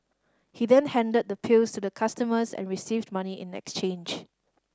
he then handed the pills the customers and received money in exchange